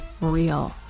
real